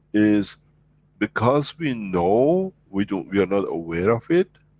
is because we know, we do, we're not aware of it.